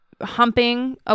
Humping